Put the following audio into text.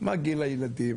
מה גיל הילדים,